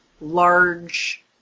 large